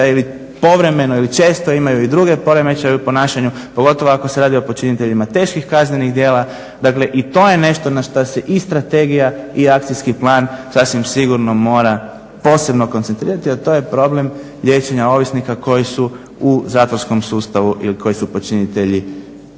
ili povremeno ili često imaju i druge poremećaje u ponašanju pogotovo ako se radi o počiniteljima teških kaznenih djela. Dakle, i to je nešto na što se i strategija i Akcijski plan sasvim sigurno mora posebno koncentrirati, a to je problem liječenja ovisnika koji su u zatvorskom sustavu ili koji su počinitelji